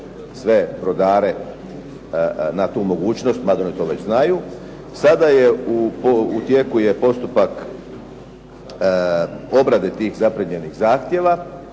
sve brodare na tu mogućnost, mada oni to već znaju. Sada je u tijeku postupak obrade tih zaprimljenih zahtjeva